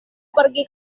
pergi